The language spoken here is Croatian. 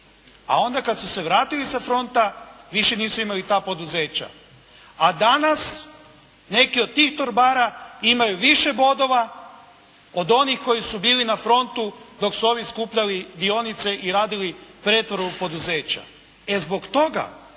A onda kad su se vratili sa fronta više nisu imali ta poduzeća. A danas neki od tih torbara imaju više bodova od onih koji su bili na frontu dok su ovi skupljali dionice i radili pretvorbu poduzeća.